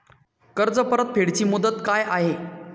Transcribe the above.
कर्ज परतफेड ची मुदत काय आहे?